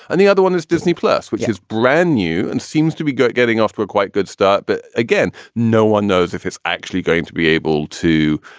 and the other one is disney plus, which is brand new and seems to be getting off to a quite good start. but again, no one knows if it's actually going to be able to,